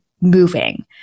moving